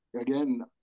again